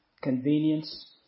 convenience